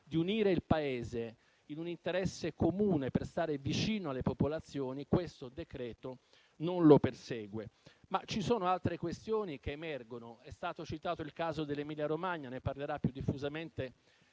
di unire il Paese in un interesse comune, per stare vicino alle popolazioni, questo decreto non le persegue. Ci sono altre questioni che emergono. È stato citato il caso dell'Emilia-Romagna (ne parlerà più diffusamente